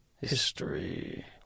history